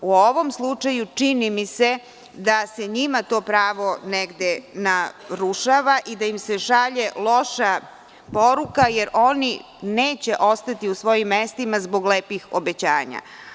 U ovom slučaju čini mi se da se njima to pravo negde narušava i da im se šalje loša poruka jer oni neće ostati u svojim mestima zbog lepih obećanja.